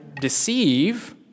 deceive